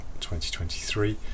2023